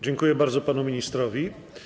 Dziękuję bardzo panu ministrowi.